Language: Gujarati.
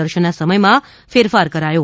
દર્શનના સમયમાં ફેરફાર કરાયો